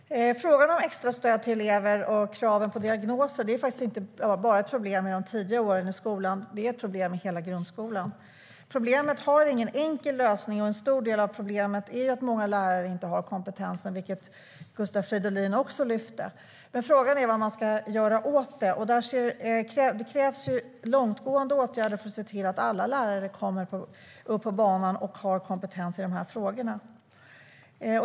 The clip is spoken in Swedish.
Herr talman! Frågan om extrastöd till elever och kraven på diagnoser är inte bara ett problem i de tidiga åren i skolan, utan det är ett problem i hela grundskolan. Problemet har ingen enkel lösning, och en stor del av problemet är att många lärare inte har kompetensen, vilket Gustav Fridolin också lyfte fram. Frågan är vad man ska göra åt det. Det krävs långtgående åtgärder för att se till att alla lärare kommer upp på banan och har kompetens i frågorna.